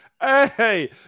Hey